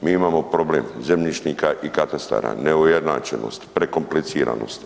Mi imamo problem zemljišnika i katastara, neujednačenost, prekompliciranost.